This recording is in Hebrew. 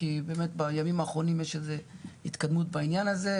כי באמת בימים האחרונים יש איזו התקדמות בעניין הזה.